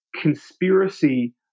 conspiracy